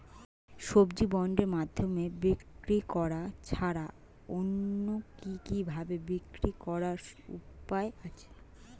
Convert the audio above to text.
সবজি বন্ডের মাধ্যমে বিক্রি করা ছাড়া অন্য কি কি ভাবে বিক্রি করার উপায় আছে?